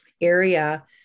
area